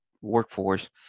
workforce